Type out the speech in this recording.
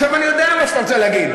עכשיו, אני יודע מה שאתה רוצה להגיד.